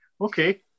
Okay